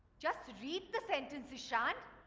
just read the sentence ishaan.